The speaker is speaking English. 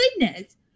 goodness